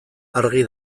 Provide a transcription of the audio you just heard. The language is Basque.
argi